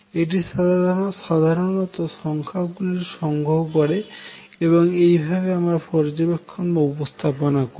এটি সাধারনত সংখ্যা গুলির সংগ্রহ এবং এই ভাবে আমরা পর্যবেক্ষণ বা উপস্থাপনা করি